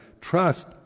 trust